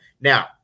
Now